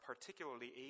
particularly